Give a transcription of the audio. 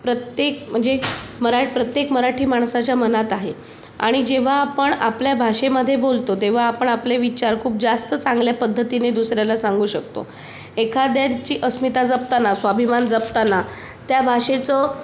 प्रत्येक म्हणजे मरा प्रत्येक मराठी माणसाच्या मनात आहे आणि जेव्हा आपण आपल्या भाषेमध्ये बोलतो तेव्हा आपण आपले विचार खूप जास्त चांगल्या पद्धतीने दुसऱ्याला सांगू शकतो एखाद्याची अस्मिता जपताना स्वाभिमान जपताना त्या भाषेचं